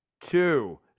two